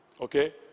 Okay